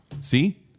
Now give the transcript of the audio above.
See